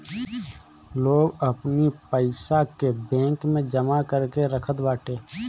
लोग अपनी पईसा के बैंक में जमा करके रखत बाटे